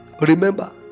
remember